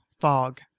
fog